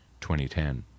2010